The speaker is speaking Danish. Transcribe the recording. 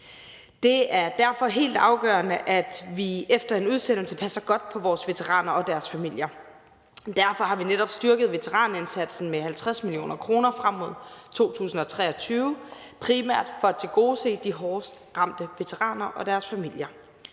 Det er derfor helt afgørende, at vi efter en udsendelse passer godt på vores veteraner og deres familier, og derfor har vi netop styrket veteranindsatsen med 50 mio. kr. frem mod 2023, primært for at tilgodese de hårdest ramte veteraner og deres familier.